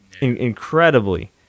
incredibly